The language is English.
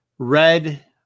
Red